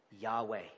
Yahweh